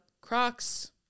Crocs